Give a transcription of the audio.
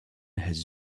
has